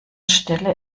stelle